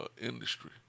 industry